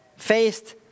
faced